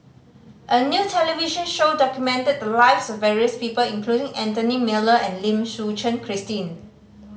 a new television show documented the lives of various people including Anthony Miller and Lim Suchen Christine